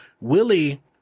Willie